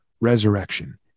resurrection